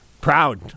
Proud